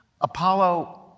Apollo